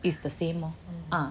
is the same lor ah